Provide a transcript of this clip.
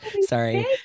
sorry